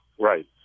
Right